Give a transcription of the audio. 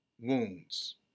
wounds